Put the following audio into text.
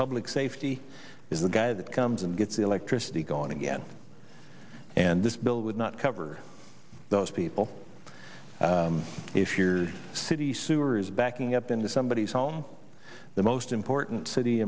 public safety is the guy that comes and gets the electricity going again and this bill would not cover those people if your city sewer is backing up into somebody's home the most important city